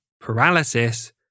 paralysis